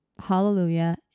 hallelujah